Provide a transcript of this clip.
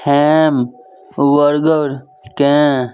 हैम्बर्गरकेँ